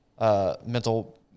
mental